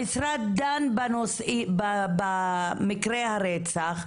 המשרד דן במקרה הרצח,